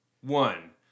one